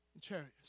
chariots